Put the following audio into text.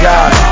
God